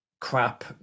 crap